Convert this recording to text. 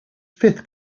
fifth